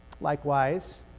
Likewise